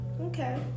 okay